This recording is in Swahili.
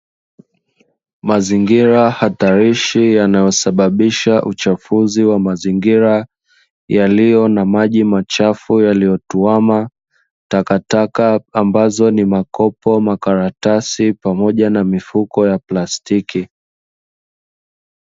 Mazingira hatarishi yanayosababisha uchafuzi wa mazingira yaliyo na maji machafu yaliyotuama, takataka ambazo ni makopo, makaratasi pamoja na mifuko ya plastiki.